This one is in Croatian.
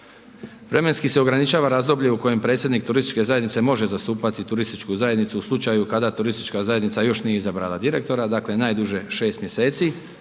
Vremenski se ograničava razdoblje u kojem predsjednik turističke zajednice može zastupati turističku zajednicu u slučaju kada turistička zajednica još nije izabrala direktora, dakle, najduže 6 mjeseci.